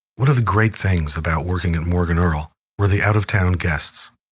one of the great things about working at morgan earl were the out-of-town guests.